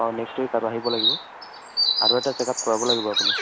অ' next week আৰু আহিব লাগিব আৰু এটা চেকআপ কৰাব লাগিব আপুনি